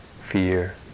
fear